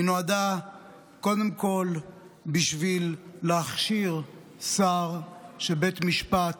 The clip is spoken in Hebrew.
היא נועדה קודם כול בשביל להכשיר שר שבית משפט